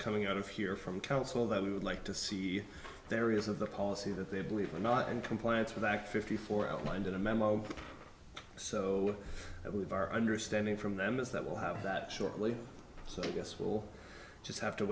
coming out of here from counsel that we would like to see there is of the policy that they believe were not in compliance with act fifty four outlined in a memo so i believe our understanding from them is that we'll have that shortly so i guess we'll just have to